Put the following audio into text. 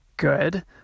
good